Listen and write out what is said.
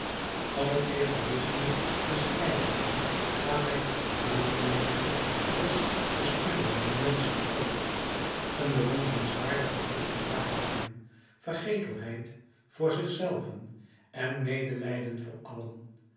van het egoïsme des lijdenden gaat hij tot het medelijden des bespiegelenden menschen over een bewonderenswaardig gevoel ontwaakt in hem vergetelheid voor zich zelven en medelijden voor allen